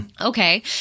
Okay